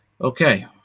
Okay